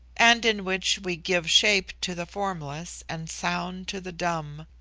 and in which we give shape to the formless and sound to the dumb.